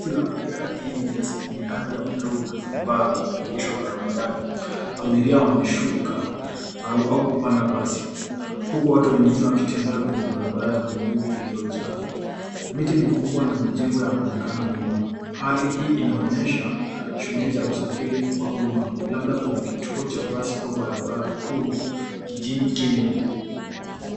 Basi la abiria la KBS lenye rangi ya bluu na zambarau limeegeshwa barabarani. Abiria wameshuka na au kupanda basi huku watu wengine wakitembea kwenye barabara ya miguu iliyojaa. Miti mikubwa na mijengo yaonekana nyuma hali hii inaonyesha shughuli za usafiri wa umma labda kwenye kituo cha basi au barabara kuu jijini Kenya.